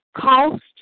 Cost